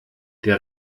der